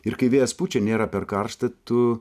ir kai vėjas pučia nėra per karšta tu